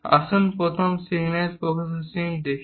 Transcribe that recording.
আসুন প্রথম signal processing দেখি